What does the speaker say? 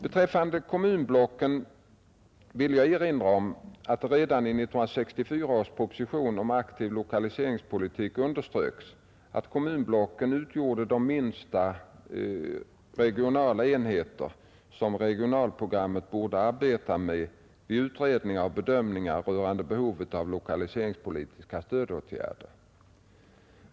Beträffande kommunblocken vill jag erinra om att det redan i 1964 års proposition om en aktiv lokaliseringspolitik underströks, att kommunblocken utgjorde de minsta regionala enheter som lokaliseringsorganen borde arbeta med vid utredningar och bedömningar rörande behovet av lokaliseringspolitiska stödåtgärder.